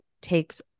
takes